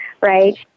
right